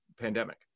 pandemic